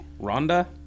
Rhonda